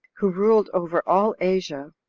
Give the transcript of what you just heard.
who ruled over all asia,